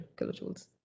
kilojoules